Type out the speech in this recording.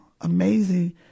amazing